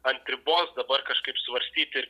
ant ribos dabar kažkaip svarstyti ir